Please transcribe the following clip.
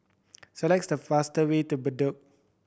selects the fast way to Bedok